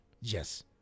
Yes